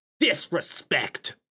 Disrespect